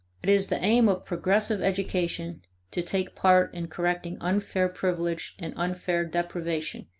it is the aim of progressive education to take part in correcting unfair privilege and unfair deprivation,